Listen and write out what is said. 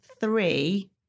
three